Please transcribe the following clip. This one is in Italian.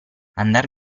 andar